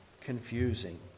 confusing